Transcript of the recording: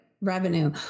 revenue